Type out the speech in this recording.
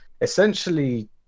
essentially